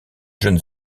jeunes